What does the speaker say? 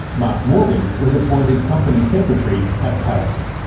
mark morgan was appointed company secretary at payce.